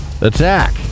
Attack